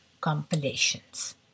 compilations